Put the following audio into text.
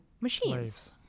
machines